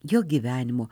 jo gyvenimo